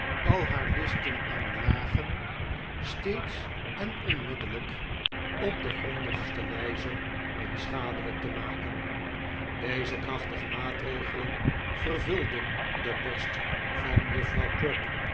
al haar listen en lagen steeds en onmiddellijk op de grondigste wijze onschadelijk te maken deze krachtige maatregelen vervulden de borst van juffrouw crupp